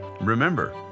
Remember